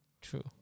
True